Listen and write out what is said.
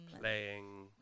playing